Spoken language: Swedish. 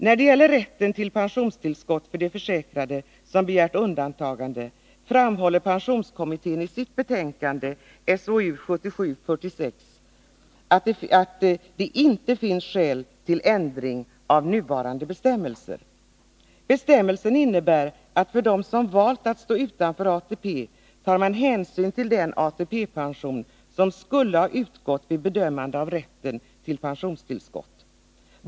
När det gäller rätten till pensionstillskott för de försäkrade som begärt undantagande framhåller pensionskommittén i sitt betänkande, SOU 1977:46, att det inte finns skäl till ändring av nuvarande bestämmelser. Det innebär att för dem som valt att stå utanför ATP tar man hänsyn till den ATP-pension som skulle ha utgått vid bedömande av rätten till pensionstillskott.